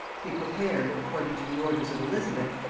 he prepared, according to the orders of elizabeth,